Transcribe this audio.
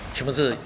全部是